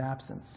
absence